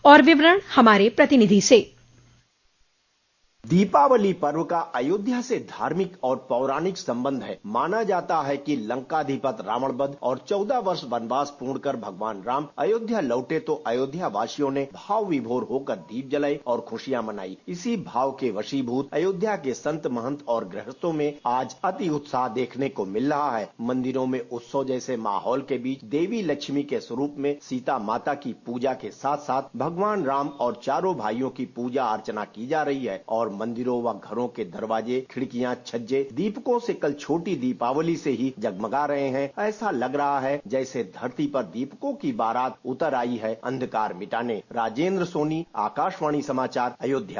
और विवरण हमारे प्रतिनिधि से दीपावली पर्व का अयोध्या से धार्मिक और पाराणिक सम्बन्ध हैमाना जाता है कि लंकाधिपति रावण बध और चौदह वर्ष बनवास पूर्ण कर भगवन राम अयोध्या लौटे तो अयोध्या वासियों ने भावविभार होकर दीप जलाये और खुशियाँ मनाई इसी भाव के वशीभूत अयोध्या के संत महंत और गृहस्थों में आज अतिउत्साह देखने को मिल रहा है मंदिरों में उत्सव जैसे माहौल के बीच देवी लक्ष्मी के स्वरूप में सीता माता की पूजा के साथ साथ भगवान् राम और चारों भाइयों की पूजा अर्चना की जा रही है और मंदिरों व घरों के दरवाजे खिडकियाँछज्जे दीपकों से कल छोटी दीपावली से ही जगमगा रहे है एसा लग रहा है जैसे धरती पर दीपकों की बारात उतर आयी है अंधकार मिटाने राजेंद्र सोनी आकाशवाणी समाचार अयोध्या